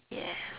ya